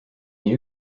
nii